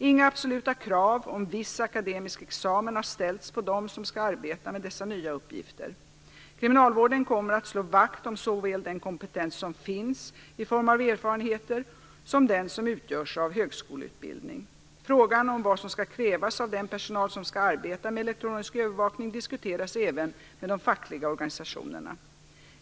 Inga absoluta krav om viss akademisk examen har ställts på dem som skall arbeta med dessa nya uppgifter. Kriminalvården kommer att slå vakt om såväl den kompetens som finns i form av erfarenheter som den som utgörs av högskoleutbildning. Frågan om vad som skall krävas av den personal som skall arbeta med elektronisk övervakning diskuteras även med de fackliga organisationerna.